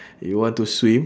you want to swim